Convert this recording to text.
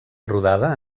rodada